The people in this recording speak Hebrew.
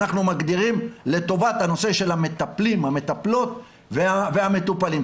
אנחנו מגדירים לטובת הנושא של המטפלים והמטפלות והמטופלים'.